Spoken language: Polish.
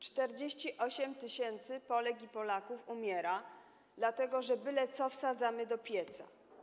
48 tys. Polek i Polaków umiera, dlatego że byle co wsadzamy do pieca.